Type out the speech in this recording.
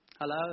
Hello